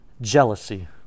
jealousy